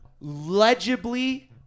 legibly